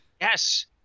Yes